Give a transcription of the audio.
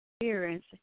experience